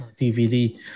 DVD